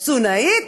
תזונאית,